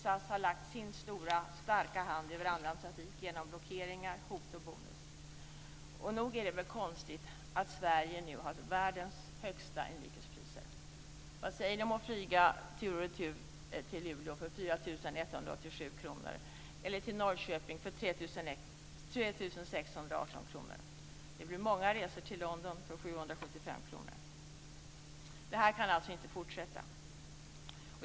SAS har lagt sin stora starka hand över annan trafik genom blockeringar, hot och bonus. Nog är det väl konstigt att Sverige har världens högsta inrikespriser. Vad säger ni om att flyga tur och retur till Luleå för 4 187 kr eller till Norrköping för 3 618 kr? För de pengarna blir det många resor till London för 775 kr. Det här kan alltså inte fortsätta.